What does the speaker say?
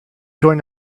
join